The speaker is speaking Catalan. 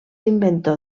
inventor